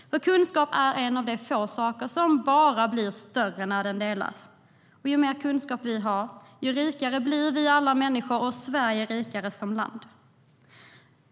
För kunskap är en av de få saker som bara blir större när den delas. Ju mer kunskap vi har, desto rikare blir vi alla människor och Sverige rikare som land.